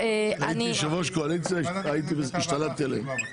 הייתי יושב ראש קואליציה - השתלטתי עליהם.